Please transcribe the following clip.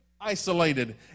isolated